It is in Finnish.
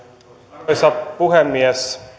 arvoisa puhemies